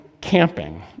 camping